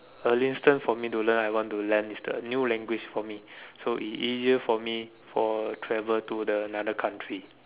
earliest time for me to learn I want to learn this the new language for me so is easier for me for the travel to another country